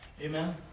amen